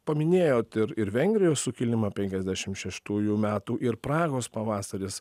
paminėjot ir ir vengrijos sukilimą penkiasdešim šeštųjų metų ir prahos pavasaris